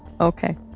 Okay